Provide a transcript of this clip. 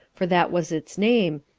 for that was its name,